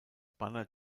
banner